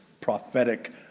prophetic